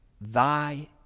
Thy